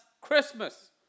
Christmas